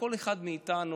כל אחד מאיתנו,